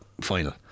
Final